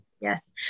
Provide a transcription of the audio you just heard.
Yes